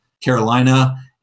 Carolina